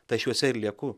tai aš juose ir lieku